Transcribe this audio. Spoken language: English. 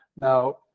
Now